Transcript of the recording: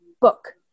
book